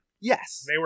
Yes